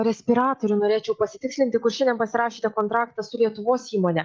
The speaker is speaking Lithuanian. respiratorių norėčiau pasitikslinti kur šiandien pasirašėte kontraktą su lietuvos įmone